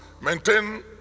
maintain